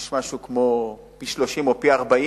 ויש שם פי-30 או פי-40